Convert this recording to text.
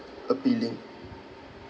appealing